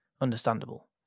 understandable